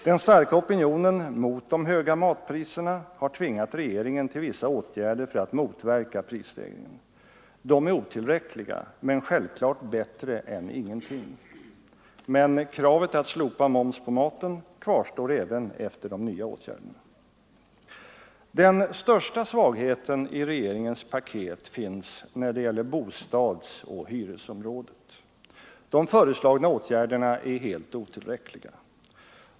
Den starka opinionen mot de höga matpriserna har tvingat regeringen till vissa åtgärder för att motverka prisstegringen. De är otillräckliga men självklart bättre än ingenting. Kravet att slopa moms på mat kvarstår emellertid även efter de nya åtgärderna. Den största svagheten i regeringens paket finns när det gäller bostadsoch hyresområdet. De föreslagna åtgärderna är helt otillräckliga.